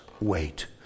wait